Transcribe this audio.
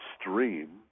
stream